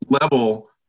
level